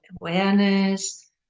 awareness